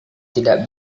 tidak